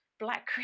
black